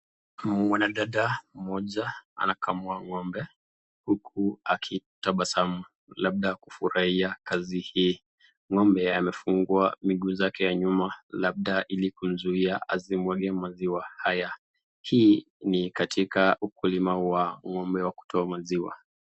Mwanadada mmoja anakamua ng'ombe huku akitabasamu labda kufurahia kazi hii.Ng'ombe anafungwa miguu zake za nyuma labda ili kumzuia asimwage maziwa haya, hii ni katika ukulima wa ng'ombe wa kutoa maziwa.